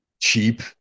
cheap